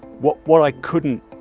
what what i couldn't